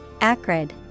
Acrid